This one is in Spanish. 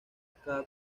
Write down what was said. cada